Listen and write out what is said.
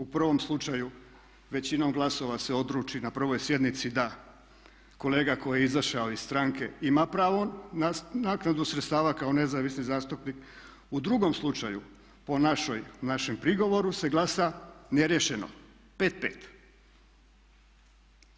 U prvom slučaju većinom glasova se odluči na prvoj sjednici da kolega koji je izašao iz stranke ima pravo na naknadu sredstava kao nezavisni zastupnik, u drugom slučaju po našem prigovoru se glasa neriješeno 5:5.